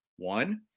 One